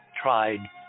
tried